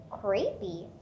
creepy